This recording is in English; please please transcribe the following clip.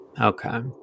Okay